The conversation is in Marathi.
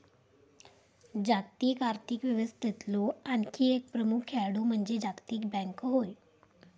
जागतिक आर्थिक व्यवस्थेतलो आणखी एक प्रमुख खेळाडू म्हणजे जागतिक बँक होय